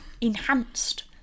enhanced